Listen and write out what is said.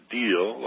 deal